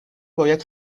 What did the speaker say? باید